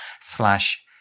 slash